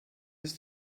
ist